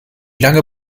lange